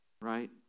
Right